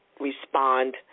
respond